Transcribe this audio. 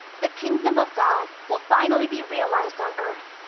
the kingdom of god will finally be realized on earth.